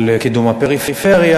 על קידום הפריפריה,